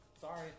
Sorry